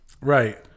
Right